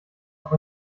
auch